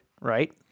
Right